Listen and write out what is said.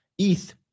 ETH